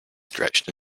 stretched